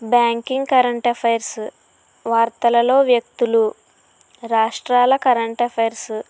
banking current affairs వార్తలలో వ్యక్తులు రాష్ట్రాల కరెంట్ అఫైర్స్